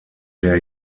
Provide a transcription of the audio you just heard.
der